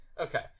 Okay